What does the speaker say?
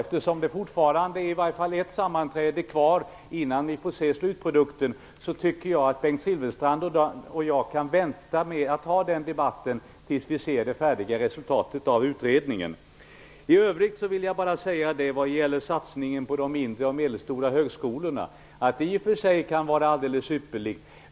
Eftersom det fortfarande i varje fall är ett sammanträde kvar innan vi får se slutprodukten tycker jag att Bengt Silfverstrand och jag kan vänta med den debatten tills vi ser det färdiga resultatet av utredningen. I övrigt vill jag säga att satsningen på de mindre och medelstora skolorna i och för sig kan vara alldeles ypperlig.